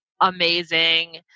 amazing